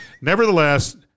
Nevertheless